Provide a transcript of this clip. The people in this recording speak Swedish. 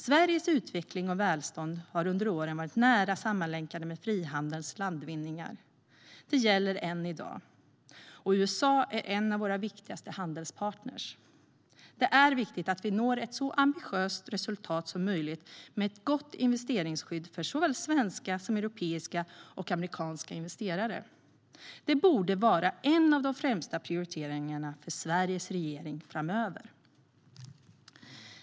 Sveriges utveckling och välstånd har under åren varit nära sammanlänkade med frihandelns landvinningar. Det gäller än i dag. USA är också en av våra viktigaste handelspartner. Det är viktigt att vi når ett så ambitiöst resultat som möjligt med ett gott investeringsskydd för såväl svenska som europeiska och amerikanska investerare. Detta borde vara en av de främsta prioriteringarna för Sveriges regering framöver.